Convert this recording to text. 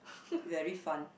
very fun